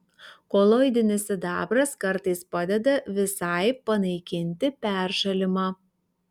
koloidinis sidabras kartais padeda visai panaikinti peršalimą